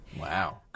wow